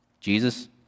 Jesus